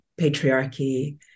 patriarchy